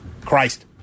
Christ